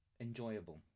enjoyable